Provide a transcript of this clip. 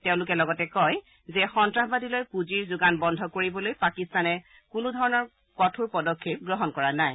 তেওঁলোকে লগতে কয় যে সন্নাসবাদীলৈ পুঁজি যোগান বন্ধ কৰিবলৈ পাকিস্তানে কোনোধৰণৰ কঠোৰ পদক্ষেপ গ্ৰহণ কৰা নাই